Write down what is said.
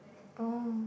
oh